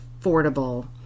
affordable